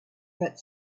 but